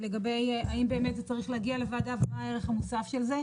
התשפ"א 2021. מי הצוות שמציג?